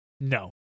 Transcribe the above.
No